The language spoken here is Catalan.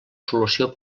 solució